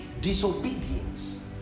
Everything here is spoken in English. disobedience